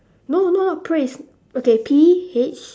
no no not praise okay P H